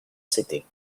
city